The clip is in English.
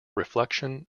reflection